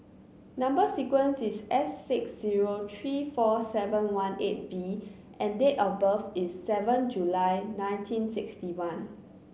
number sequence is S six zero three four seven one eight V and date of birth is seven July nineteen sixty one